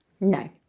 No